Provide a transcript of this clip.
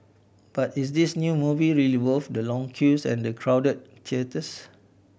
but is this new movie really worth the long queues and the crowded theatres